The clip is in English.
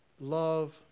Love